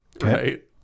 Right